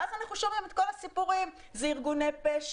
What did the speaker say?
ואז אנחנו שומעים את כל הסיפורים: זה ארגוני פשע,